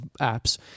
apps